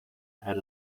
had